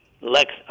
Lex